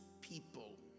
people